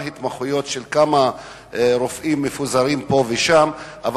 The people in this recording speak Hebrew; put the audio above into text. התמחויות של כמה רופאים שמפוזרים פה ושם,